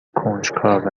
کنجکاو